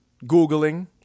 Googling